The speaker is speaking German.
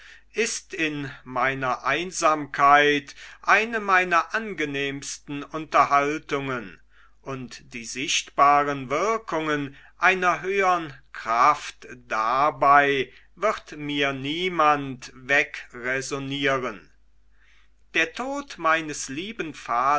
ist in meiner einsamkeit eine meiner angenehmsten unterhaltungen und die sichtbaren wirkungen einer höhern kraft dabei wird mir niemand wegräsonieren der tod meines lieben